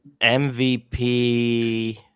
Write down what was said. MVP